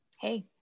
Hey